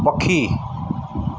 पखी